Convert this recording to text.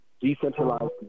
decentralized